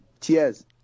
cheers